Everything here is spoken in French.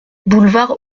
boulevard